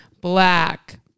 Black